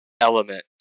element